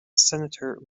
senator